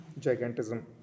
gigantism